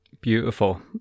beautiful